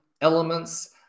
elements